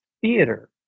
theater